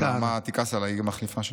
נעמה תכעס עליי, היא מחליפה שלי.